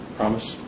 promise